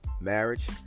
marriage